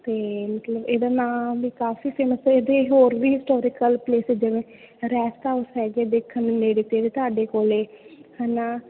ਅਤੇ ਮਤਲਬ ਇਹਦਾ ਨਾਂ ਵੀ ਕਾਫ਼ੀ ਫੇਮਸ ਇਹਦੇ ਹੋਰ ਵੀ ਹਿਸਟੋਰੀਕਲ ਪਲੇਸ ਜਗ੍ਹਾ ਰੈਸਟ ਹਾਊਸ ਹੈਗੇ ਦੇਖਣ ਨੂੰ ਨੇੜੇ ਤੇੜੇ ਤੁਹਾਡੇ ਕੋਲ ਹੈ ਨਾ